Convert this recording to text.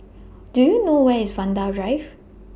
Do YOU know Where IS Vanda Drive